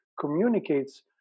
communicates